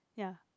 ya